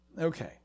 Okay